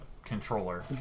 controller